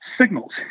signals